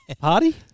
party